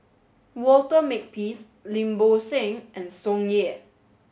Walter Makepeace Lim Bo Seng and Tsung Yeh